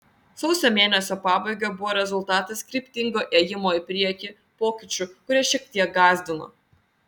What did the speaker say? sausio mėnesio pabaiga buvo rezultatas kryptingo ėjimo į priekį pokyčių kurie šiek tiek gąsdino